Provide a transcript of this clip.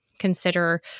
Consider